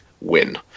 win